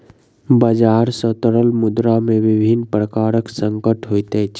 बजार सॅ तरल मुद्रा में विभिन्न प्रकारक संकट होइत अछि